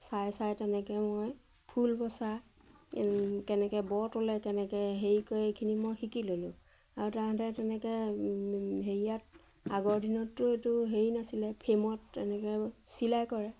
চাই চাই তেনেকৈ মই ফুল বচা কেনেকৈ ব তুলে কেনেকৈ হেৰি কৰে এইখিনি মই শিকি ল'লোঁ আৰু তাহাঁতে তেনেকৈ হেৰিয়াত আগৰ দিনততো এইটো হেৰি নাছিলে ফ্ৰেমত এনেকৈ চিলাই কৰে